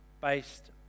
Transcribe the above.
based